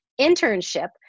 internship